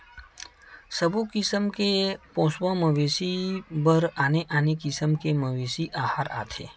सबो किसम के पोसवा मवेशी बर आने आने किसम के मवेशी अहार आथे